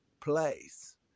place